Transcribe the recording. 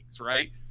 right